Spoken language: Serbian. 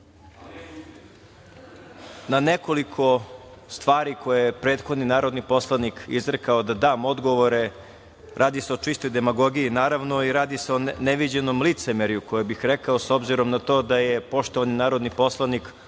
na nekoliko stvari koje je prethodni narodni poslanik izrekao da dam odgovore. Radi se o čistoj demagogiji i radi se o neviđenom licemerju rekao bih, obzirom na to da je poštovani narodni poslanik